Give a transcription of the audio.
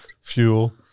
fuel